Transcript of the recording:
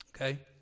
Okay